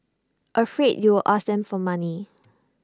afraid you'll ask them for money